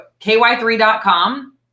ky3.com